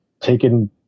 taken